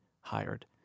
hired